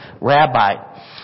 rabbi